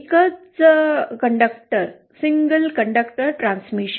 एकच conductor transmission